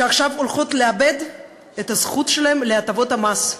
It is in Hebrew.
שעכשיו הולכות לאבד את הזכות שלהן להטבות המס.